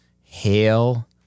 hail